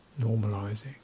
Normalizing